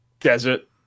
desert